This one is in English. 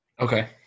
Okay